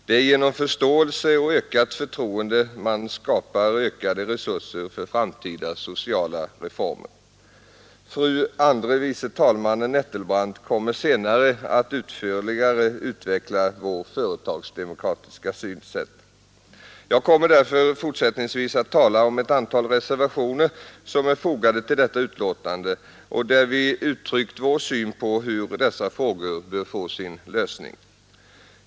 Det är genom förståelse och ökat förtroende man skapar ökade resurser för framtida sociala reformer. Fru andre vice talmannen Nettelbrandt kommer senare att utförligare utveckla vårt företagsdemokratiska synsätt. Jag kommer därför fortsättningsvis att tala om ett antal reservationer som är fogade vid detta betänkande och där vi uttryckt vår syn på hur dessa frågor bör få sin lösning.